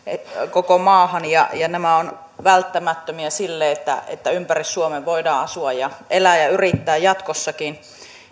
koko maahan ja nämä ovat välttämättömiä siinä että ympäri suomen voidaan asua ja elää ja yrittää jatkossakin